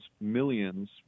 millions